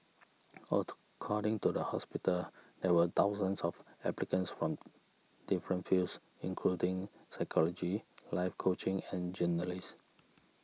according to the hospital there were thousands of applicants from different fields including psychology life coaching and journalism